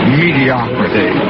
mediocrity